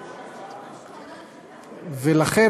ולכן,